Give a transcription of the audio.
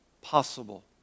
possible